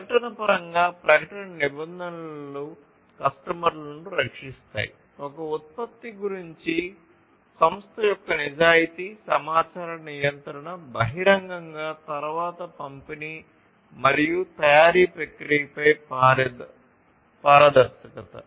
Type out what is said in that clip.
ప్రకటన పరంగా ప్రకటన నిబంధనలు కస్టమర్లను రక్షిస్తాయి ఒక ఉత్పత్తి గురించి సంస్థ యొక్క నిజాయితీ సమాచార నియంత్రణ బహిరంగంగా తరువాత పంపిణీ మరియు తయారీ ప్రక్రియపై పారదర్శకత